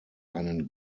einen